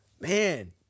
man